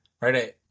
right